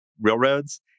railroads